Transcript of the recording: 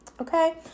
okay